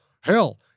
Hell